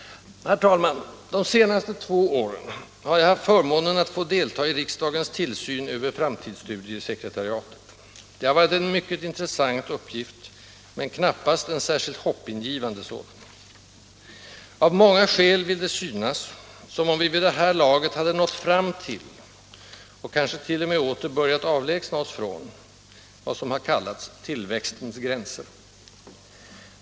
Herr talman! De senaste två åren har jag haft förmånen att få deltaga i riksdagens tillsyn av framtidsstudiesekretariatet. Det har varit en mycket intressant uppgift, men knappast en särskilt hoppingivande sådan. Av många skäl vill det synas som om vi vid det här laget hade nått fram till — och kanske t.o.m. åter börjat avlägsna oss från — vad som har kallats ”tillväxtens gränser”.